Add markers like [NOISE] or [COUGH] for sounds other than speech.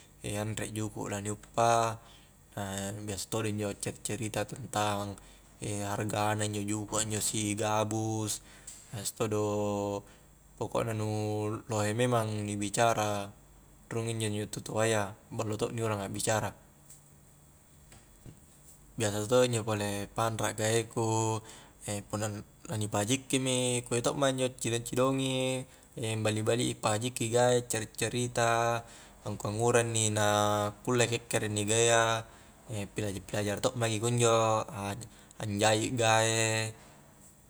[HESITATION] anre juku' la ni uppa [HESITATION] biasa todo injo accari-carita tentang [HESITATION] harga na injo juku' a injo si gabus biasa todo' pokokna nu lohe memang ni bicara rung inj-njo tu-toayya, ballo to' ni urang akbicara biasa to injo pole panrak gae ku [HESITATION] punna la ni pahajikki mi i, kunjo tokma injo cidong-cidongi [HESITATION] ambali-bali i pa hajiki gae cari-cari ta angkua ngura inni na kulle kekkere inni gae a [HESITATION] pilaja-pilajara to' maki kunjo [HESITATION] anjai gae